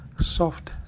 soft